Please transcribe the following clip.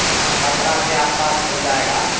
ह ह पंद्रह के आसपास हो जाएगा